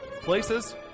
Places